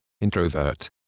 introvert